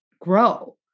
grow